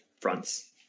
fronts